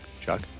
chuck